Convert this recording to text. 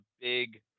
big